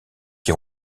qui